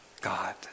God